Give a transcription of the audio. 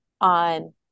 on